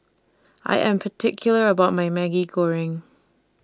I Am particular about My Maggi Goreng